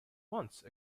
once